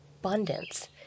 abundance